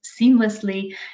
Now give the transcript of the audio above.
seamlessly